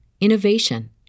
innovation